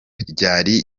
ryari